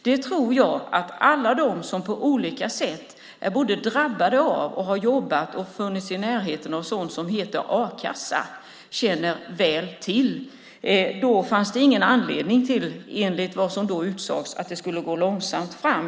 Det tror jag att alla de som på olika sätt är drabbade av, har jobbat och har funnits i närheten av något som kallas a-kassa känner väl till. Då fanns det ingen anledning, enligt vad som då sades, till att det skulle gå långsamt fram.